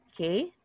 Okay